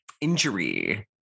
injury